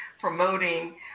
promoting